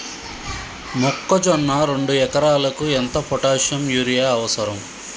మొక్కజొన్న రెండు ఎకరాలకు ఎంత పొటాషియం యూరియా అవసరం?